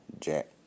Jack